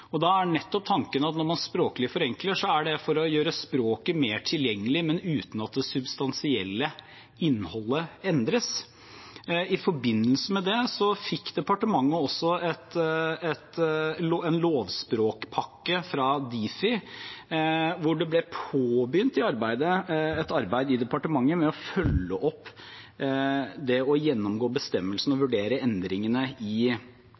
Da er nettopp tanken at når man forenkler språklig, er det for å gjøre språket mer tilgjengelig, men uten at det substansielle innholdet endres. I forbindelse med det fikk departementet også en lovspråkpakke fra Difi, hvor det ble påbegynt et arbeid i departementet med å følge opp det og gjennomgå bestemmelsene og vurdere endringene i